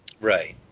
Right